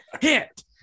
hit